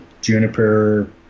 Juniper